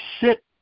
sit